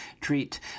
treat